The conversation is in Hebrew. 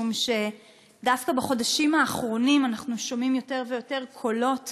משום שדווקא בחודשים האחרונים אנחנו שומעים יותר ויותר קולות